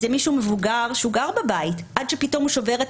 זה מישהו מבוגר שהוא גר בבית עד שפתאום הוא שובר את